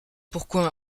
pourquoi